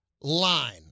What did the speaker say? line